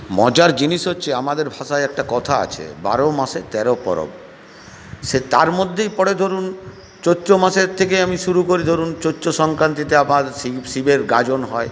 মজার জিনিস হচ্ছে আমাদের ভাষায় একটা কথা আছে বারো মাসে তেরো পরব সে তার মধ্যেই পড়ে ধরুন চৈত্র মাসের থেকে আমি শুরু করি ধরুন চৈত্র সংক্রান্তিতে আবার শিবের গাজন হয়